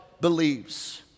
believes